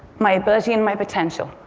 my ability and my potential.